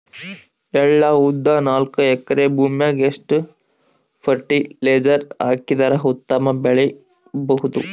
ಎಳ್ಳು, ಉದ್ದ ನಾಲ್ಕಎಕರೆ ಭೂಮಿಗ ಎಷ್ಟ ಫರಟಿಲೈಜರ ಹಾಕಿದರ ಉತ್ತಮ ಬೆಳಿ ಬಹುದು?